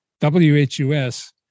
WHUS